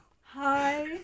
Hi